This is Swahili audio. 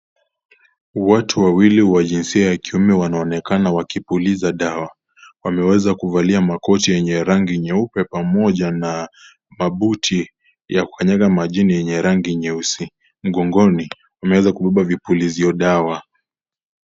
Watu wawili wa jinsia wa kiume wanaonekana wakipuliza dawa, wameweza kuvalia makocha yenye rangi nyeupe pamoja na mabuti ya kukanyaga majini yenye rangi nyeusi, mgongoni wameweza kubeba vipulizio dawa